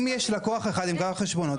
אם יש לקוח אחד עם כמה חשבונות,